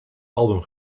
album